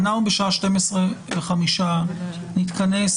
בשעה 12:05 נתכנס